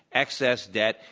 excess debt.